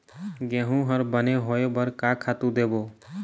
गेहूं हर बने होय बर का खातू देबो?